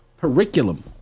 Curriculum